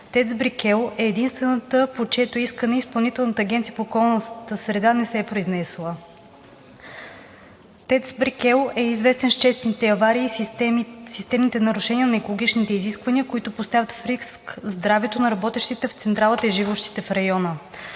ТЕЦ „Брикел“ е единствената, по чието искане Изпълнителната агенция по околната среда не се е произнесла. ТЕЦ „Брикел“ е известна с честите аварии и системните нарушения на екологичните изисквания, които поставят в риск здравето на работещите в централата и живущите в района.